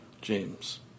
James